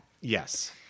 Yes